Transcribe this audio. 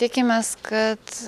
tikimės kad